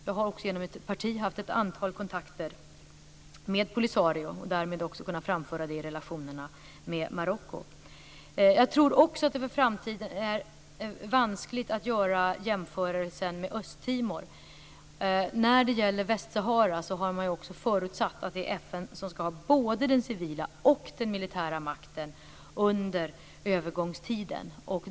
Jag har genom mitt parti haft ett antal kontakter med Polisario och därmed också kunnat framföra det i relationerna med Marocko. Jag tror också att det för framtiden är vanskligt att göra jämförelsen med Östtimor. När det gäller Västsahara har man förutsatt att det är FN som ska ha både den civila och den militära makten under övergångstiden.